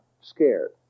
scared